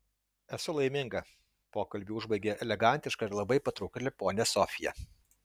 esu laiminga pokalbį užbaigė elegantiška ir labai patraukli ponia sofija